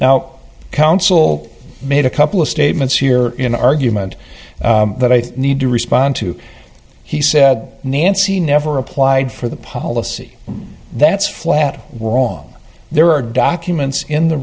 now counsel made a couple of statements here in an argument that i need to respond to he said nancy never applied for the policy that's flat wrong there are documents in the